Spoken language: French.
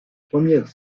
première